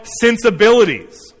sensibilities